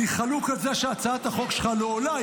אני חלוק על זה שהצעת החוק שלך לא עולה,